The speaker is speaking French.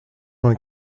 vingt